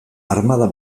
armada